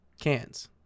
Cans